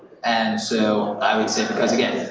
and so i would say, because again,